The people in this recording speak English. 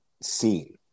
seen